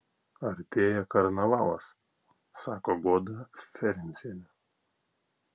artėja karnavalas sako goda ferencienė